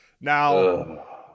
Now